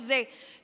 הוא זה שמנהל,